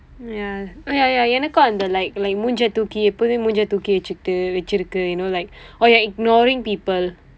ya ya ya எனக்கு அந்த:enakku andtha like likw முகம் தூக்கி எப்போவும் முகம் தூக்கி வைத்துக்கிட்டு வைத்திருக்கு:mukam thuukki eppoovum mukam thuukki vaiththukitdu vaiththirukku you know like oh you're ignoring people